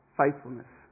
faithfulness